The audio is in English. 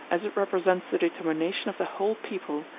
as it represents the determination of the whole people,